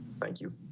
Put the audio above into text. thank you.